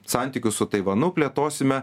santykius su taivanu plėtosime